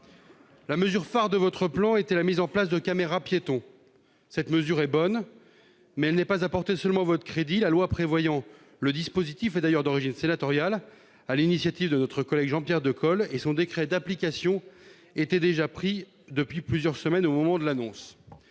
La mesure phare de votre plan était la mise en place de caméras-piétons. Cette mesure est bonne, mais elle n'est pas à porter à votre seul crédit. La loi prévoyant le dispositif est d'ailleurs d'origine sénatoriale- sur l'initiative de notre collègue Jean-Pierre Decool -et son décret d'application était déjà pris depuis plusieurs semaines au moment de l'annonce.